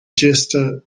jester